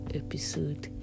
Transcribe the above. episode